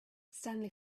stanley